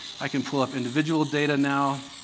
i can pull up individual data now.